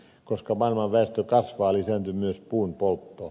koska maailman väestö kasvaa lisääntyy myös puun poltto